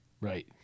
Right